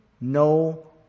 no